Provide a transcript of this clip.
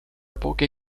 poche